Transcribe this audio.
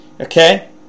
okay